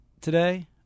today